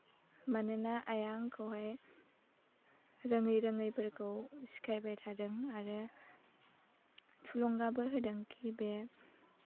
मानोना आइया आंखौहाय रोङै रोङैफोरखौ सिखायबाय थादों आरो थुलुंगाबो होदों खि